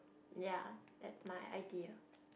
ya that's my idea